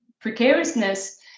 precariousness